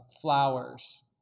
flowers